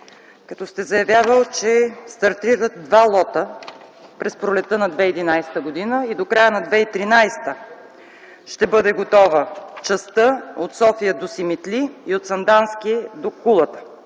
като сте заявявал, че стартират два лота през пролетта на 2011 г. и до края на 2013 г. ще бъде готова частта от София до Симитли и от Сандански до Кулата,